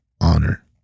honor